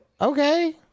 okay